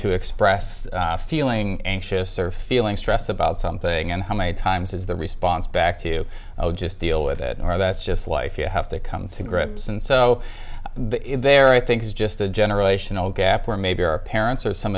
to express feeling anxious or feeling stressed about something and how many times is the response back to just deal with it or that's just life you have to come to grips and so there i think is just a generational gap where maybe our parents or some